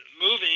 moving